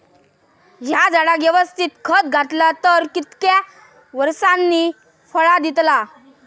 हया झाडाक यवस्तित खत घातला तर कितक्या वरसांनी फळा दीताला?